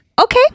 okay